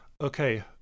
okay